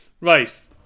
Right